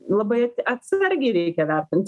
labai atsargiai reikia vertint